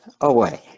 away